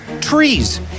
trees